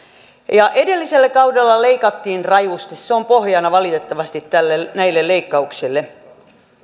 edellisellä kaudella leikattiin rajusti se on pohjana valitettavasti näille leikkauksille